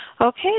Okay